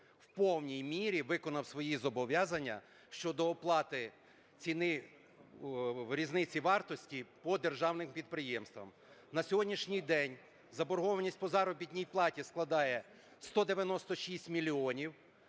в повній мірі виконав свої зобов'язання щодо оплати ціни різниці вартості по державним підприємствам. На сьогоднішній день заборгованість по заробітній платі складає 196 мільйонів,